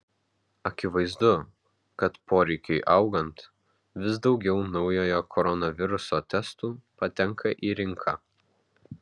akivaizdu kad poreikiui augant vis daugiau naujojo koronaviruso testų patenka į rinką